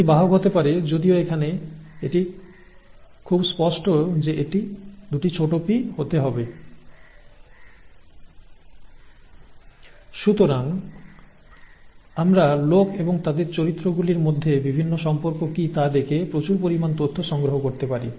ব্যক্তি বাহক হতে পারে যদিও এখানে এটি খুব স্পষ্ট যে এটি pp হতে হবে সুতরাং আমরা লোক এবং তাদের চরিত্রগুলির মধ্যে বিভিন্ন সম্পর্ক কী তা দেখে প্রচুর পরিমাণ তথ্য সংগ্রহ করতে পারি